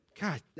God